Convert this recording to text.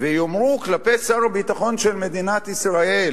ויאמרו כלפי שר הביטחון של מדינת ישראל